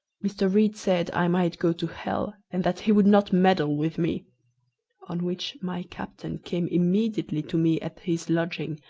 mr. read said i might go to hell, and that he would not meddle with me on which my captain came immediately to me at his lodging,